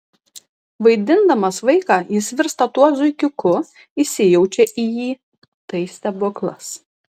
vaidindamas vaiką jis virsta tuo zuikiuku įsijaučia į jį tai stebuklas